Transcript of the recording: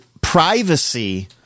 privacy